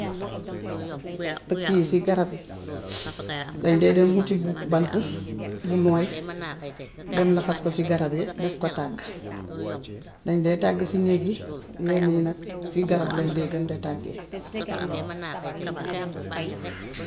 Picc yi si garab yi dañ dee dem wuti bant bu nooy, laxas ko ci garab gi def ko tàgg. Dañ dee tàgg si néeg yi. Yooyu noonu nag ci garab lañ dee gën de tàgge.